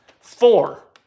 Four